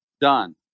done